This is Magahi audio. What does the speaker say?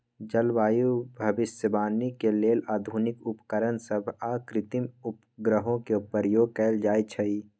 जलवायु भविष्यवाणी के लेल आधुनिक उपकरण सभ आऽ कृत्रिम उपग्रहों के प्रयोग कएल जाइ छइ